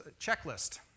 checklist